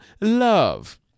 love